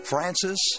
Francis